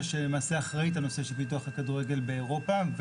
שלמעשה אחראית על נושא פיתוח הכדורגל באירופה,